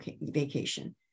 vacation